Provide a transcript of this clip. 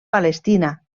palestina